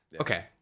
Okay